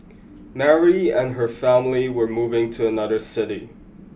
Mary and her family were moving to another city